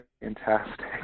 fantastic